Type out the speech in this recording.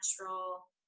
natural